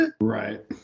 Right